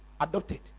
adopted